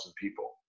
people